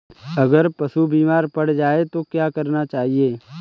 अगर पशु बीमार पड़ जाय तो क्या करना चाहिए?